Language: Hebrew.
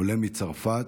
עולה מצרפת,